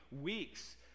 weeks